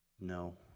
No